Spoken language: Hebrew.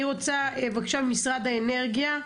אני רוצה בבקשה משרד האנרגיה.